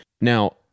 Now